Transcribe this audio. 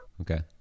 Okay